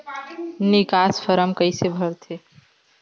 निकास फारम कइसे भरथे?